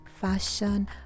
fashion